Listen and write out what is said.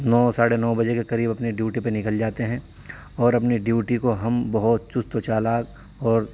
نو ساڑھے نو بجے کے قریب اپنی ڈیوٹی پہ نکل جاتے ہیں اور اپنی ڈیوٹی کو ہم بہت چست و چالاک اور